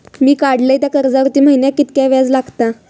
मी काडलय त्या कर्जावरती महिन्याक कीतक्या व्याज लागला?